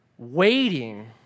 Waiting